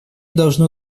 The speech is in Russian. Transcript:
должно